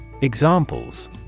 Examples